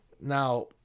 Now